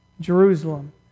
Jerusalem